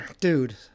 Dude